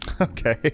Okay